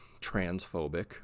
transphobic